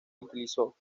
utilizó